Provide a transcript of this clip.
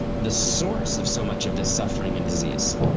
the source of so much of this suffering and disease.